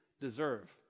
deserve